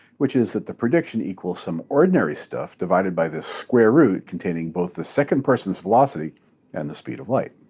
which is that the prediction equals some ordinary stuff divided by this square root containing both the second person's velocity and the speed of light.